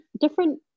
different